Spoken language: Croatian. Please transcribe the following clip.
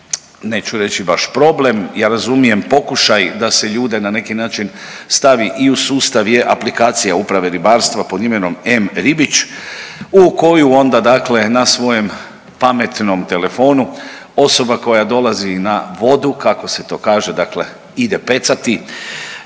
neću reći baš problem, ja razumijem pokušaj da se ljude na neki način stavi i u sustav je aplikacija Uprave ribarstva pod imenom mRibic u koju onda dakle na svojem pametnom telefonu osoba koja dolazi na vodu kako se to kaže, dakle ide pecati